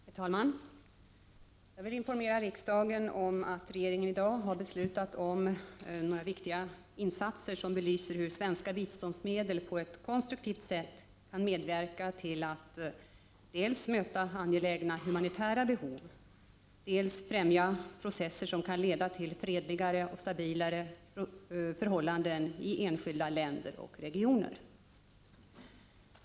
Herr talman! Jag vill informera riksdagen om att regeringen i dag har beslutat om några viktiga insatser som belyser hur svenska biståndsmedel på ett konstruktivt sätt kan medverka till att dels möta angelägna humanitära behov, dels främja processer som kan leda till fredligare och stabilare förhållanden i enskilda länder och regioner.